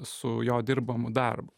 su jo dirbamu darbu